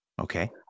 okay